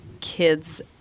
kids